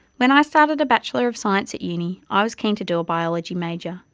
when i started a bachelor of science at uni, i was keen to do a biology major,